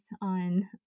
on